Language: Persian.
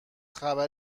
خبر